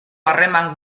harreman